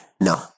No